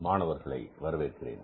மாணவர்களை வரவேற்கிறேன்